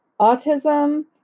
autism